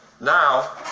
Now